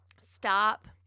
stop